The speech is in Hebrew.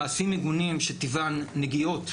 מעשים מגונים שטיבן נגיעות,